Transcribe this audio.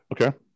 Okay